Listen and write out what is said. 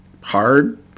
hard